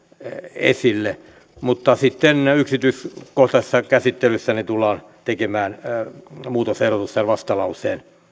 esille mutta sitten yksityiskohtaisessa käsittelyssä tullaan tekemään muutosehdotukset vastalauseen